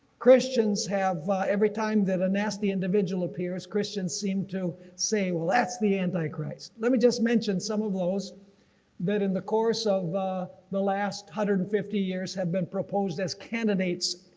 christians have every time that a nasty individual appears, christians seem to say well that's the antichrist. let me just mentioned some of those that in the course of the last hundred and fifty years have been proposed as candidates